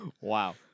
Wow